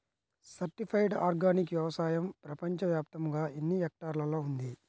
Certified organic వ్యవసాయం ప్రపంచ వ్యాప్తముగా ఎన్నిహెక్టర్లలో ఉంది?